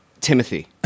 Timothy